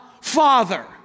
Father